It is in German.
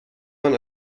man